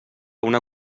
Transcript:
una